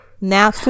Now